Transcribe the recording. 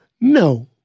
No